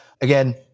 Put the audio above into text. Again